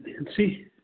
Nancy